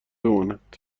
بماند